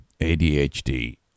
ADHD